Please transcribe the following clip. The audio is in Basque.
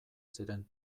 ziren